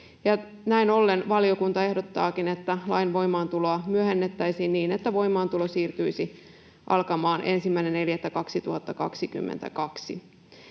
näin ollen valiokunta ehdottaakin, että lain voimaantuloa myöhennettäisiin niin, että voimaantulo siirtyisi alkamaan 1.4.2022.